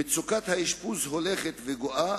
מצוקת האשפוז הולכת וגואה,